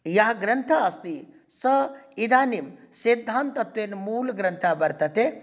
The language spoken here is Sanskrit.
यः ग्रन्थः अस्ति सः इदानीं सिद्धान्तत्वेन मूलग्रन्थः वर्तते